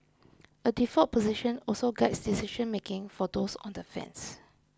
a default position also guides decision making for those on the fence